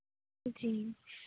جی